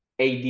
AD